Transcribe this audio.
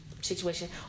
situation